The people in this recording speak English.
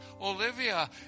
Olivia